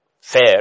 fair